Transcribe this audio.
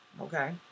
okay